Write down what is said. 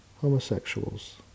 homosexuals